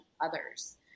others